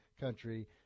country